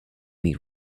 meet